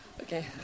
okay